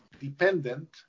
dependent